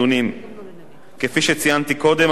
כפי שציינתי קודם, אני סבור כי לא ראוי,